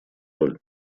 роль